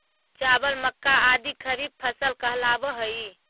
चावल, मक्का आदि खरीफ फसल कहलावऽ हइ